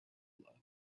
blood